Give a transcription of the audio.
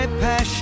passion